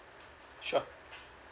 sure